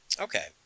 Okay